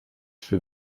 für